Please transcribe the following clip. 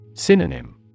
Synonym